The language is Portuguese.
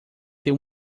ter